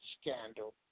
scandal